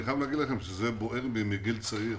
אני חייב להגיד לכם שזה בוער בי מגיל צעיר.